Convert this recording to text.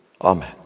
Amen